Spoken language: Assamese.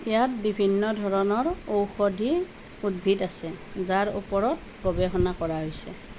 ইয়াত বিভিন্ন ধৰণৰ ঔষধি উদ্ভিদ আছে যাৰ ওপৰত গৱেষণা কৰা হৈছে